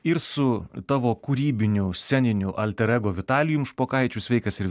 ir su tavo kūrybiniu sceniniu alter ego vitalijum špokaičiu sveikas ir vitalijau